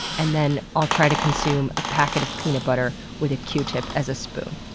and then i'll try to consume a packet of peanut butter with a q-tip as a spoon.